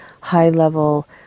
high-level